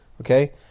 Okay